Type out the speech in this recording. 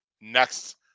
next